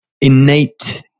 innate